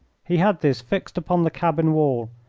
he had this fixed upon the cabin wall,